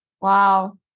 Wow